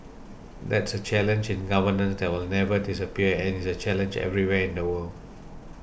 that's a challenge in governance that will never disappear and is a challenge everywhere in the world